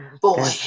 Boy